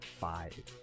five